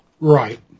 Right